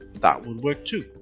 that would work too.